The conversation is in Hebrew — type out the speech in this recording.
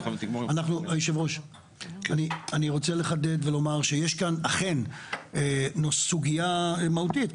אני רוצה לחדד ולומר שיש שאכן יש כאן סוגייה מהותית,